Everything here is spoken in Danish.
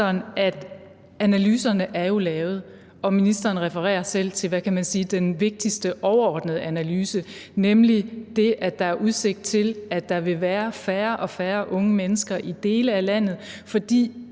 at analyserne jo er lavet, og ministeren refererer selv til den vigtigste overordnede analyse, nemlig det, at der er udsigt til, at der vil være færre og færre unge mennesker i dele af landet, fordi